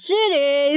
City